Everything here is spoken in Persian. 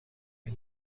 این